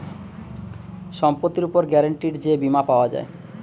সম্পত্তির উপর গ্যারান্টিড যে বীমা পাওয়া যায়